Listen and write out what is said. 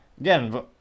again